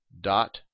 dot